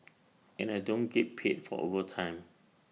and I don't get paid for overtime